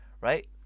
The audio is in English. right